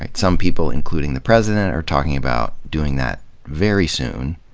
some people, including the president, are talking about doing that very soon,